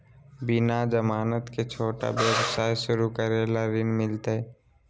बिना जमानत के, छोटा व्यवसाय शुरू करे ला ऋण मिलतई?